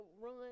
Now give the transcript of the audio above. run